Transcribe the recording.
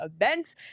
events